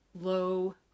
low